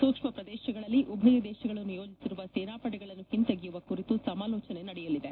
ಸೂಕ್ಷ್ಮ ಪ್ರದೇಶಗಳಲ್ಲಿ ಉಭಯ ದೇಶಗಳು ನಿಯೋಜಿಸಿರುವ ಸೇನಾಪಡೆಗಳನ್ನು ಹಿಂತೆಗೆಯುವ ಕುರಿತು ಸಮಾಲೋಜನೆ ನಡೆಯಲಿದೆ